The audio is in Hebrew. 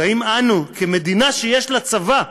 והאם אנו, כמדינה שיש לה צבא,